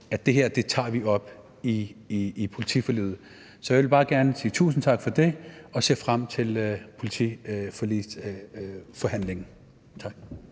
at det her tager vi op i politiforliget. Jeg ville bare gerne sige tusind tak for det, og så ser jeg frem til forhandlingen om